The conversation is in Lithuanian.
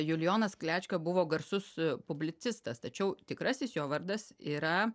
julijonas klečka buvo garsus publicistas tačiau tikrasis jo vardas yra